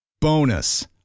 Bonus